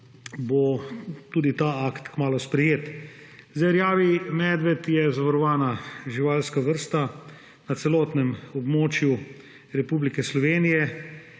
bo tudi ta akt kmalu sprejet. Rjavi medved je zavarovana živalska vrsta na celotnem območju Republike Slovenije